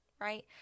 right